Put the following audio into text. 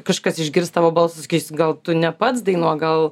kažkas išgirs tavo balsą gal tu ne pats dainuok gal